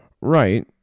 right